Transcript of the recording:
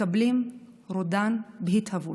מקבלים רודן בהתהוות.